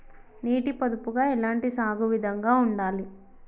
నీటి పొదుపుగా ఎలాంటి సాగు విధంగా ఉండాలి?